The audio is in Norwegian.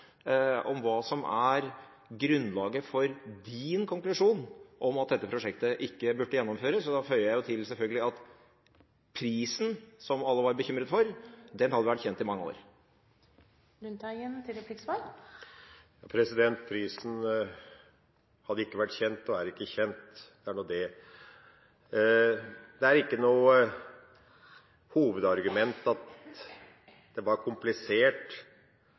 om hva som er grunnlaget for hans konklusjon om at dette prosjektet ikke burde gjennomføres. Da føyer jeg selvfølgelig til at prisen, som alle var bekymret for, … Tiden er ute. … hadde vært kjent i mange år. Prisen hadde ikke vært kjent og er ikke kjent – det er nå det. Det er ikke noe hovedargument at det var komplisert,